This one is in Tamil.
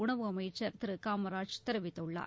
உணவு அமைச்சர் திரு காமராஜ் தெரிவித்துள்ளார்